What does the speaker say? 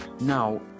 now